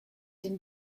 denn